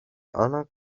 anna